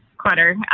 clutter,